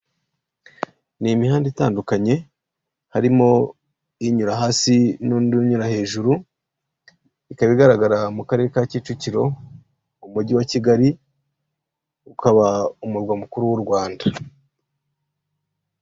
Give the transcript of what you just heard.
Ni imihanda itandukanye harimo inyura hasi n'undi unyura hejuru, ikaba igaragara mu karere ka Kicukiro umujyi wa Kigali ukaba umurwa mukuru w'u Rwanda.